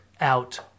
out